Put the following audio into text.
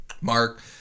Mark